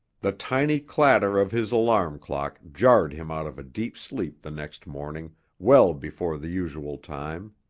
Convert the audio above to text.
the tinny clatter of his alarm clock jarred him out of deep sleep the next morning well before the usual time.